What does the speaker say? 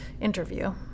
interview